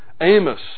Amos